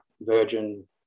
Virgin